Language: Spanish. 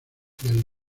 del